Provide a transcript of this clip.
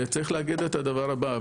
צריך להגיד את הדבר הבא,